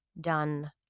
done